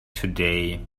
today